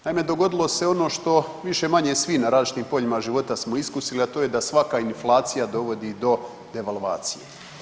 Naime, dogodilo se ono što više-manje svi na različitim poljima života smo iskusili, a to je da svaka inflacija dovodi do devalvacije.